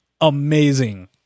amazing